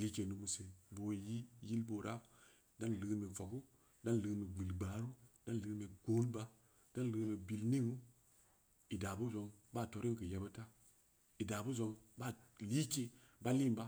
like numu se boo yi yilbo ra dan leeme foggu dan leeme bit gbaa ru-danleeme goonba-dan leeme bil ning'uu ida beu zong ba torin keu yebudta lda beu zong ba like ba linba